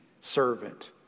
servant